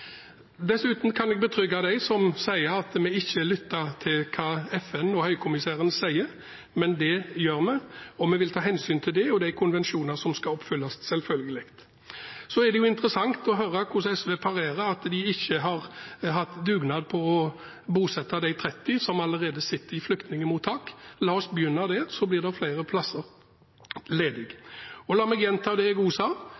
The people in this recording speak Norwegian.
Dessuten kan jeg betrygge dem som sier at vi ikke lytter til hva FN og Høykommissæren sier, med at vi gjør det, og vi vil ta hensyn til det og til konvensjonene som skal oppfylles, selvfølgelig. Det er interessant å høre hvordan SV parerer med at de ikke har hatt dugnad på å bosette de 30 som allerede sitter i flyktningmottak. La oss begynne der, så blir det flere plasser ledig. La meg gjenta det jeg også sa: